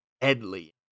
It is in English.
deadly